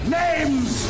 names